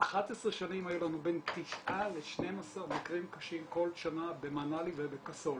11 שנים היו לנו בין 9 ל-12 מקרים כל שנה במנאלי ובקסול.